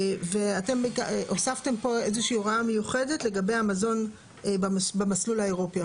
ואתם הוספתם פה איזה שהיא הוראה מיוחדת לגבי המזון במסלול האירופי,